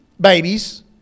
babies